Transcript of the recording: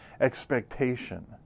expectation